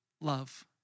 love